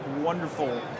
wonderful